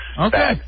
Okay